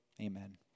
amen